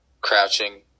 crouching